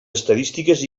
estadístiques